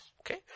Okay